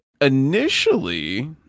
Initially